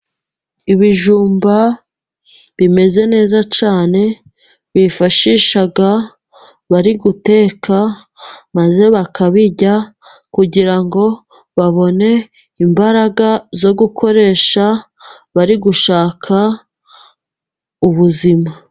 Ibijumba bimeze neza cyane bifashisha bari guteka maze bakabirya, kugira ngo babone imbaraga zo gukoresha bari gushaka ubuzima.